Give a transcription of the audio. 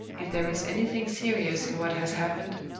if there is anything serious in what has happened,